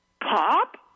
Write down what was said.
Pop